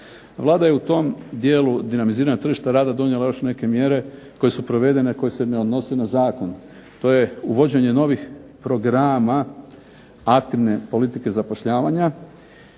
Vlada je u tom dijelu dinamiziranja tržišta rada donijela još neke mjere koje su provedene koje se ne odnose na zakon. To je uvođenje novih programa aktivne politike zapošljavanja